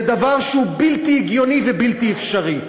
זה דבר שהוא בלתי הגיוני ובלתי אפשרי.